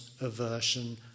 aversion